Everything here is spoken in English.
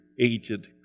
agent